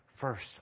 First